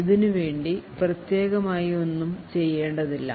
ഇതിനുവേണ്ടി പ്രത്യേകമായി ആയി ഒന്നും ചെയ്യേണ്ടതില്ല